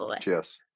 cheers